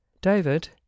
David